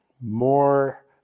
more